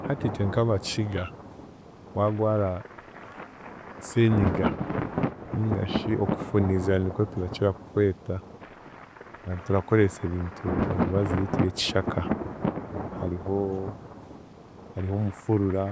Hati itwe nk'Abakiga, waagwara seenyiga ningashi okufuniza nikwe turakira kukweta, turakoresa ebintu, emibazi yitu y'ekishaka hariho hariho omufurura